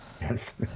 yes